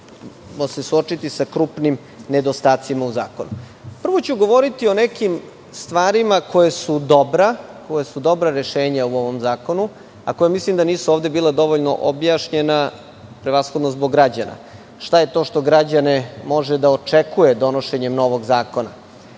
ćemo se suočiti sa krupnim nedostacima u zakonu. Prvo ću govoriti o nekim stvarima koje su dobra rešenja u ovom zakonu, a koja mislim da nisu ovde bila dovoljno objašnjena, prevashodno zbog građana. Šta je to što građane može da očekuje donošenjem novog zakona?